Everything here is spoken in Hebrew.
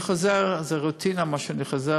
אני חוזר, זה רוטינה, מה שאני אומר.